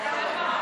תמשיך.